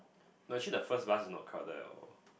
no actually the first bus is not crowded at all